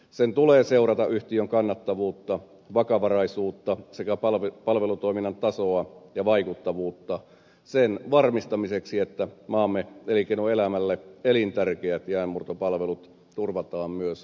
sen tulee seurata yhtiön kannattavuutta vakavaraisuutta sekä palvelutoiminnan tasoa ja vaikuttavuutta sen varmistamiseksi että maamme elinkeinoelämälle elintärkeät jäänmurtopalvelut turvataan myös jatkossa